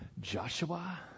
Joshua